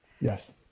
Yes